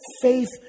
faith